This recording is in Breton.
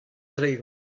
tregont